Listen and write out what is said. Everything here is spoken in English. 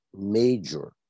major